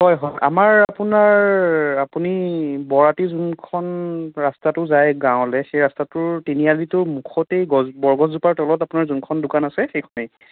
হয় হয় আমাৰ আপোনাৰ আপুনি বৰাটিৰ যোনখন ৰাস্তাটো যায় গাঁৱলে সেই ৰাস্তাটোৰ তিনি আলিটোৰ মুখতেই গছ বৰগছজোপাৰ তলত আপোনাৰ যোনখন দোকান আছে সেইখনেই